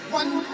one